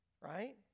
right